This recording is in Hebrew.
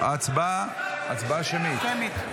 הצבעה שמית.